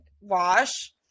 wash